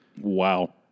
Wow